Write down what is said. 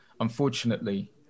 unfortunately